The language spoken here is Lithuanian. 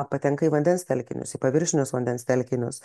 patenka į vandens telkinius į paviršinius vandens telkinius